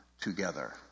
together